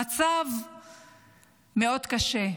המצב קשה מאוד,